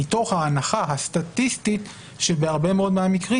מתוך ההנחה הסטטיסטית שבהרבה מאוד מהמקרים